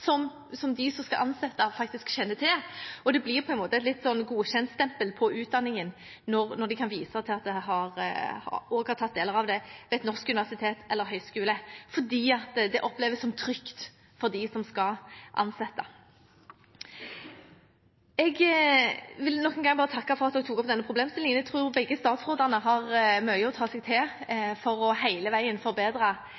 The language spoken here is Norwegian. som de som skal ansette, faktisk kjenner til. Det blir på en måte et godkjentstempel på utdanningen at de kan vise til at de har tatt deler av den ved et norsk universitet eller en norsk høyskole – det oppleves som trygt for dem som skal ansette. Jeg vil nok en gang takke for at denne problemstillingen ble tatt opp. Jeg tror begge statsrådene har mye å ta seg til